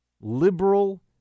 liberal